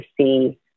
see